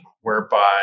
whereby